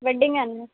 wedding anniversary